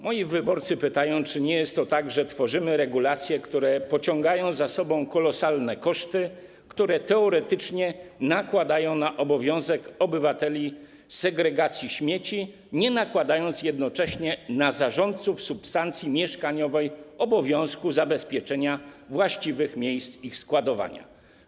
Moi wyborcy pytają, czy nie jest to tak, że tworzymy regulacje, które pociągają za sobą kolosalne koszty, które teoretycznie nakładają na obywateli obowiązek segregacji śmieci, nie nakładając jednocześnie na zarządców substancji mieszkaniowej obowiązku zabezpieczenia właściwych miejsc ich składowania.